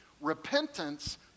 Repentance